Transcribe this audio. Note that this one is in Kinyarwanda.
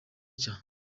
nshya